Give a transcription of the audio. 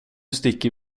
sticker